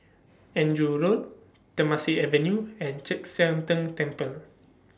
Andrew Road Temasek Avenue and Chek Sian Tng Temple